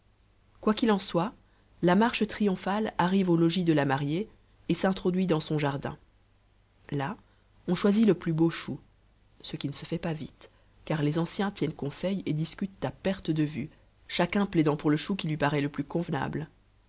quoi qu'il en soit la marche triomphale arrive au logis de la mariée et s'introduit dans son jardin là on choisit le plus beau chou ce qui ne se fait pas vite car les anciens tiennent conseil et discutent à perte de vue chacun plaidant pour le chou qui lui paraît le plus convenable